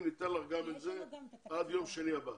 ניתן לך גם את זה עד יום השני הבא.